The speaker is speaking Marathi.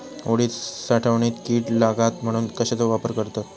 उडीद साठवणीत कीड लागात म्हणून कश्याचो वापर करतत?